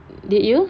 did you